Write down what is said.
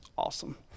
awesome